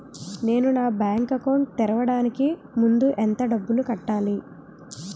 నేను నా bank account తెరవడానికి ముందు ఎంత డబ్బులు కట్టాలి?